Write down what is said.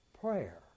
prayer